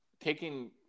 taking